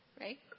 Right